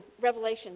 Revelation